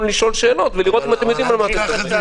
לשאול שאלות ולראות אם אתם יודעים על מה אתם מדברים.